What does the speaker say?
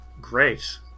great